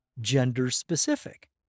gender-specific